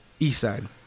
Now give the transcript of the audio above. Eastside